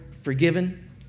forgiven